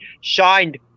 shined